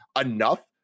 enough